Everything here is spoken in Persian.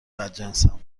بدجنسم